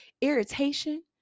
irritation